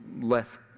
left